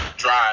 drive